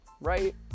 Right